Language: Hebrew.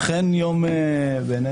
אכן יום חג,